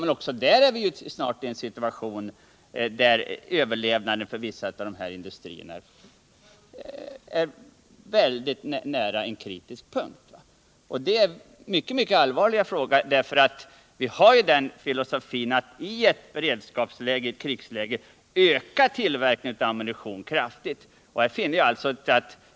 Men också där befinner vi oss snart i en situation där möjlighet för överlevnad för industrierna är mycket nära en kritisk punkt. Det är en allvarlig fråga, därför att Sverige har filosofin att vii ett beredskapsläge eller i ett krigsläge skall öka tillverkningen av ammunition kraftigt.